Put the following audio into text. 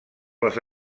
les